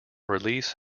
release